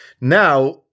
now